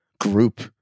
group